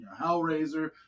Hellraiser